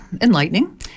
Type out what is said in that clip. Enlightening